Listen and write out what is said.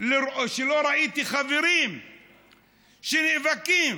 כשראיתי שחברים שנאבקים